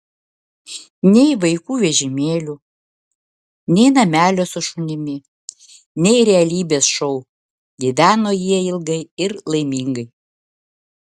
nei vaikų vežimėlių nei namelio su šunimi nei realybės šou gyveno jie ilgai ir laimingai